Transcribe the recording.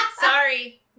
Sorry